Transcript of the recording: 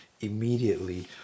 immediately